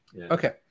okay